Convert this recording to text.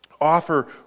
Offer